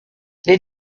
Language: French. les